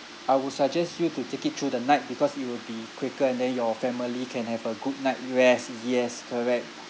I would suggest you to take it through the night because it will be quicker and then your family can have a good night rest yes correct